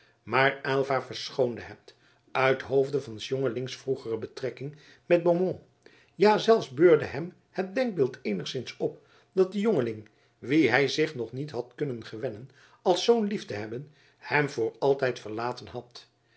maar aylva verschoonde het uithoofde van s jongelings vroegere betrekking met beaumont ja zelfs beurde hem het denkbeeld eenigszins op dat de jongeling wien hij zich nog niet had kunnen gewennen als zoon lief te hebben hem voor altijd verlaten had